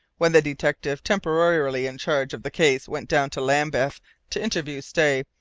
when the detective temporarily in charge of the case went down to lambeth to interview stay,